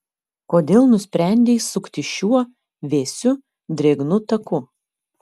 kodėl nusprendei sukti šiuo vėsiu drėgnu taku